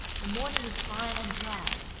the morning was fine and dry,